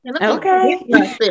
okay